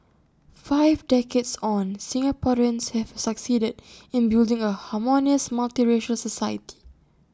five decades on Singaporeans have succeeded in building A harmonious multiracial society